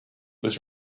was